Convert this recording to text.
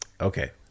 okay